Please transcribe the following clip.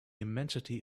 immensity